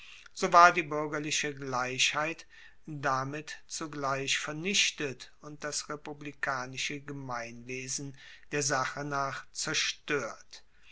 so war die buergerliche gleichheit damit zugleich vernichtet und das republikanische gemeinwesen der sache nach zerstoert